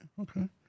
Okay